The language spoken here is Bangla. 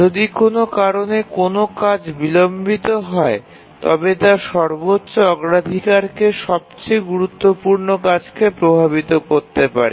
যদি কোনও কারণে কোনও কাজ বিলম্বিত হয় তবে তা সর্বোচ্চ অগ্রাধিকারের সবচেয়ে গুরুত্বপূর্ণ কাজকে প্রভাবিত করতে পারে